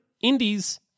Indies